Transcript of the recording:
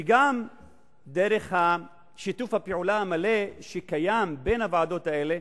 וגם דרך שיתוף הפעולה המלא שקיים בין הוועדות האלה,